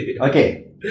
Okay